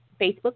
Facebook